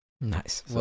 Nice